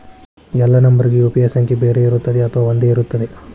ಎಲ್ಲಾ ನಂಬರಿಗೂ ಯು.ಪಿ.ಐ ಸಂಖ್ಯೆ ಬೇರೆ ಇರುತ್ತದೆ ಅಥವಾ ಒಂದೇ ಇರುತ್ತದೆ?